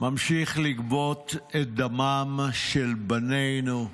ממשיך לגבות את דמם של בנינו,